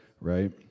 right